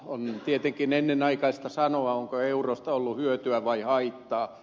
on tietenkin ennenaikaista sanoa onko eurosta ollut hyötyä vai haittaa